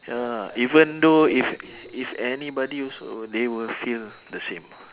ya even though if if anybody also they will feel the same